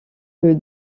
que